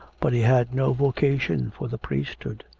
but he had no vocation for the priesthood.